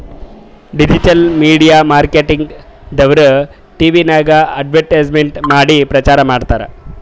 digital media marketing ದವ್ರು ಟಿವಿನಾಗ್ advertisement ಮಾಡಿ ಪ್ರಚಾರ್ ಮಾಡ್ತಾರ್